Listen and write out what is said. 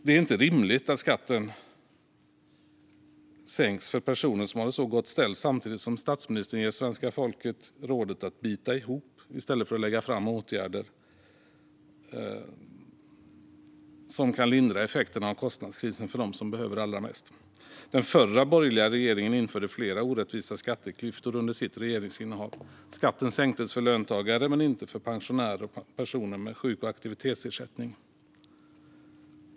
Det är inte rimligt att skatten sänks för personer som har det gott ställt samtidigt som statsministern, i stället för att lägga fram förslag på åtgärder som kan lindra effekterna av kostnadskrisen för dem som behöver det allra mest, ger svenska hushåll rådet att bita ihop. Den förra borgerliga regeringen införde flera orättvisa skatteklyftor under sitt regeringsinnehav. Skatten sänktes för löntagare men inte för pensionärer och personer med sjuk och aktivitetsersättning.